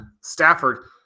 Stafford